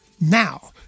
now